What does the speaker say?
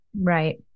Right